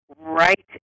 right